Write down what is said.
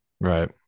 Right